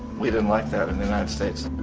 we didn't like that in united states.